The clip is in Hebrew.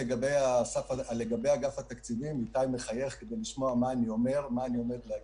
לגבי אגף התקציבים איתי טמקין מחייך כדי לשמוע מה אני עומד להגיד